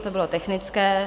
Toto bylo technické.